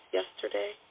yesterday